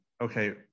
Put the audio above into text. okay